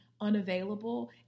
unavailable